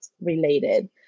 related